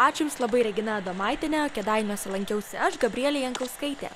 ačiū jums labai regina adomaitiene kėdainiuose lankiausi aš gabrielė jankauskaitė